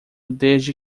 desde